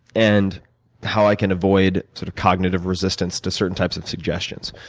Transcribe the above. and how i can avoid sort of cognitive resistance to certain types of suggestions.